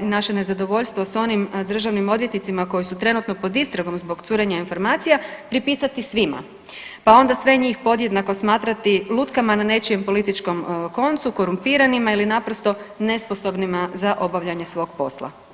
naše nezadovoljstvo sa onim državnim odvjetnicima koji su trenutno pod istragom zbog curenja informacija pripisati svima, pa onda sve njih podjednako smatrati lutkama na nečijem političkom koncu, korumpiranima ili naprosto nesposobnima za obavljanje svog posla.